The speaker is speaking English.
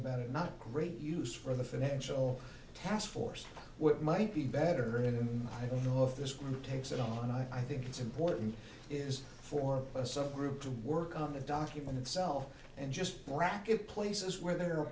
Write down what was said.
better not great use for the financial task force what might be better than him i don't know if this group takes it on i think it's important is for a subgroup to work on the document itself and just bracket places where there are